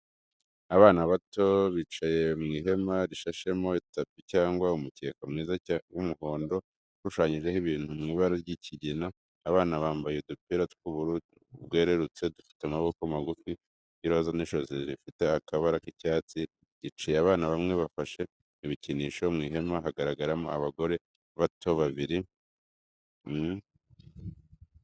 Abana bato, bicaye mu ihema, rishashemo tapi cyangwa umukeka mwiza cyane w'umuhondo ushushanyijeho ibintu mu ibara ry'ikigina. Abana bambaye udupira tw'ubururu bwerurutse, dufite amaboko magufi y'iroza n'ijosi rifite akabara k'icyatsi gicuye. Abana bamwe bafashe ibikinisho. Mu ihema hagaragaramo abagore bato babiri, bahagaze ahagaragara igitambaro gisa n'idarapo ry'u Rwanda, bambaye udupira nk'utw'abana, umwe ateruye umwana.